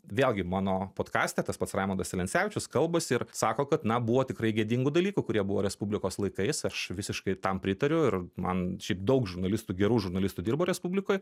vėlgi mano podkaste tas pats raimundas celencevičius kalbasi ir sako kad na buvo tikrai gėdingų dalykų kurie buvo respublikos laikais aš visiškai tam pritariu ir man šiaip daug žurnalistų gerų žurnalistų dirbo respublikoj